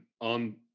on